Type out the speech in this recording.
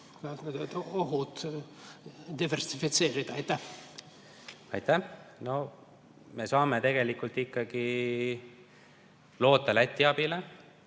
ohud diversifitseerida? Aitäh! No me saame tegelikult ikkagi loota Läti abile,